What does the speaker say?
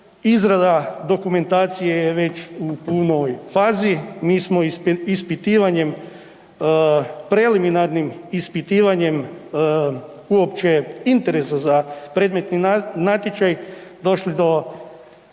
Izrada dokumentacije je već u punoj fazi, mi smo ispitivanjem, preliminarnim ispitivanjem uopće interesa za predmetni natječaj došli do